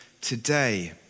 today